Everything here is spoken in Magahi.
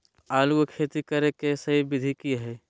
आलू के खेती करें के सही विधि की हय?